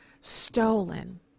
stolen